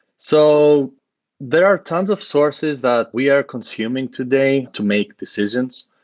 so there are tons of sources that we are consuming today to make decisions.